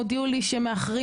הודיעו לי שמאחרים,